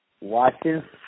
watching